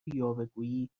یاوهگویی